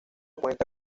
cuenta